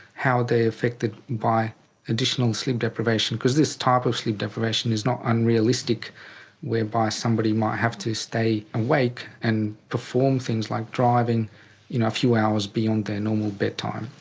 how they're affected by additional sleep deprivation. because this type of sleep deprivation is not unrealistic whereby somebody might have to stay awake and perform things like driving you know a few hours beyond their normal bedtime.